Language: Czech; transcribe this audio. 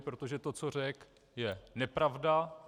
Protože to, co řekl, je nepravda.